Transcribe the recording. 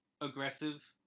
aggressive